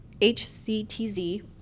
HCTZ